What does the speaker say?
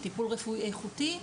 וטיפול רפואי איכותי,